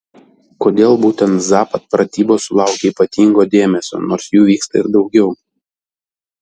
kodėl būtent zapad pratybos sulaukia ypatingo dėmesio nors jų vyksta ir daugiau